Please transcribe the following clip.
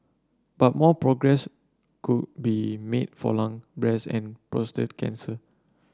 but more progress could be made for lung breast and prostate cancer